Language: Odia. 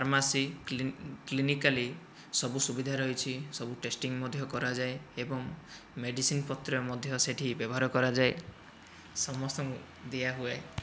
ଫାର୍ମାସୀ କ୍ଲିନିକାଲି ସବୁ ସୁବିଧା ରହିଛି ସବୁ ଟେଷ୍ଟିଙ୍ଗ ମଧ୍ୟ କରାଯାଏ ଏବଂ ମେଡ଼ିସିନ ପତ୍ର ମଧ୍ୟ ସେଠି ବ୍ୟବହାର କରାଯାଏ ସମସ୍ତଙ୍କୁ ଦିଆହୁଏ